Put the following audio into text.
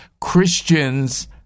Christians